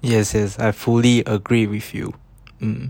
yes yes I fully agree with you